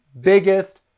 biggest